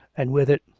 and, with it,